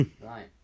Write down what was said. Right